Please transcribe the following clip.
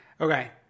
okay